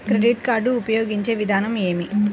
Credit card ఉపయోగించే విధానం ఏమి?